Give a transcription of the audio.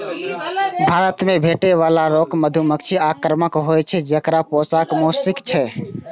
भारत मे भेटै बला रॉक मधुमाछी आक्रामक होइ छै, जेकरा पोसब मोश्किल छै